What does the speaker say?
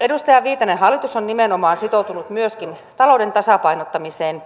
edustaja viitanen hallitus on nimenomaan sitoutunut myöskin talouden tasapainottamiseen